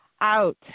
out